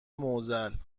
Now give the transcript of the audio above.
معضل